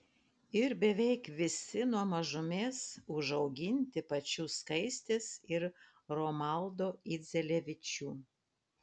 ir beveik visi nuo mažumės užauginti pačių skaistės ir romaldo idzelevičių